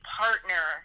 partner